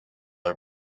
are